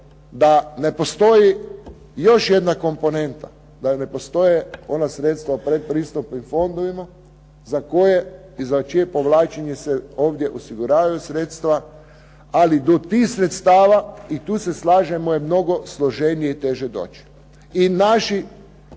da ne postoji još jedna komponenta, da ne postoje ona sredstva u pretpristupnim fondovima za koje i za čije povlačenje se ovdje osiguravaju sredstva, ali do tih sredstava, i tu se slažemo je mnogo složenije i teže doći, i naši